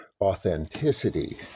authenticity